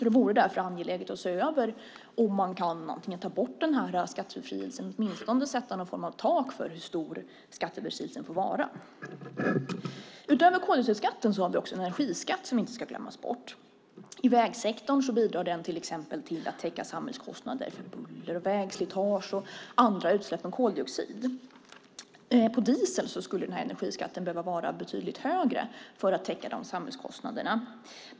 Det vore därför angeläget att se över om man kan antingen ta bort denna skattebefrielse eller åtminstone sätta någon form av tak för hur stor skattebefrielsen får vara. Utöver koldioxidskatten har vi också en energiskatt som inte ska glömmas bort. I vägsektorn bidrar den till exempel till att täcka samhällskostnader för buller, vägslitage och andra utsläpp än koldioxid. På diesel skulle denna energiskatt behöva vara betydligt högre för att täcka dessa samhällskostnader.